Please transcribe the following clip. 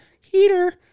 heater